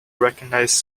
recognised